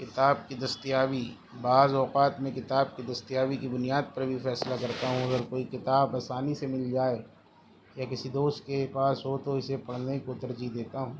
کتاب کی دستیابی بعض اوقات میں کتاب کی دستیابی کی بنیاد پر بھی فیصلہ کرتا ہوں اگر کوئی کتاب آسانی سے مل جائے یا کسی دوست کے پاس ہو تو اسے پڑھنے کو ترجیح دیتا ہوں